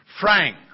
frank